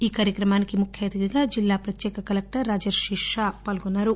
ఈ కార్యక్రమానికి ముఖ్య అతిథిగా జిల్లా ప్రత్యేక కలేక్లర్ రాజర్షిషా పాల్గోన్నారు